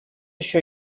ещё